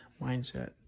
mindset